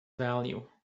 value